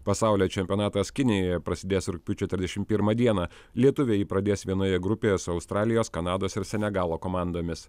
pasaulio čempionatas kinijoje prasidės rugpjūčio trisdešimt pirmą dieną lietuviai jį pradės vienoje grupėje su australijos kanados ir senegalo komandomis